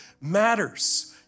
matters